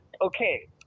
okay